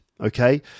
okay